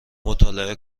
مطالعه